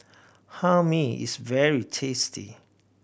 Hae Mee is very tasty